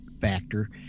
factor